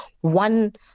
one